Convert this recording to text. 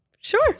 Sure